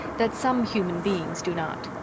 that some human beings do not.